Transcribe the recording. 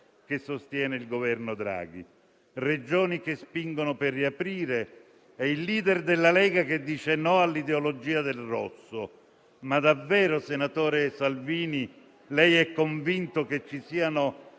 che sostiene il Governo Draghi. Ci sono Regioni che spingono per riaprire e il *leader* della Lega che dice no all'ideologia del rosso. Ma davvero, senatore Salvini, lei è convinto che ci siano